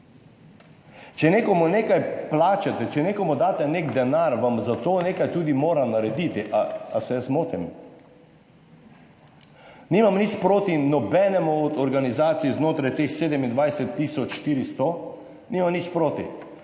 Če nekomu nekaj plačate, če nekomu daste nek denar, vam za to nekaj tudi mora narediti, ali se jaz motim? Nimam nič proti nobenemu od organizacij znotraj teh 27 tisoč 400, nimam nič proti,